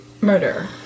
Murder